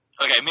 Okay